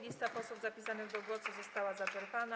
Lista posłów zapisanych do głosu została wyczerpana.